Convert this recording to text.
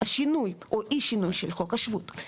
השינוי או אי שינוי של חוק השבות.